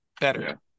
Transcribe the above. better